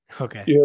Okay